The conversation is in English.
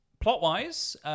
Plot-wise